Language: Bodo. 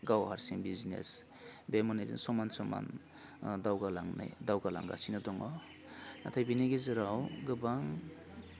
गाव हारसिं बिजनेस बे मोनैजों समान समान दावगा लांनाय दावगा लांगासिनो दङ नाथाय बिनि गेजेराव गोबां